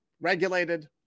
regulated